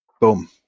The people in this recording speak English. Boom